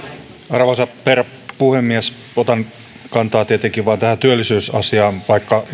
arvoisa herra puhemies otan kantaa tietenkin vain tähän työllisyysasiaan vaikka